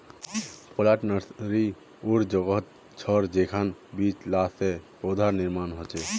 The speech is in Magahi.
प्लांट नर्सरी उर जोगोह छर जेंछां बीज ला से पौधार निर्माण होछे